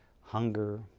hunger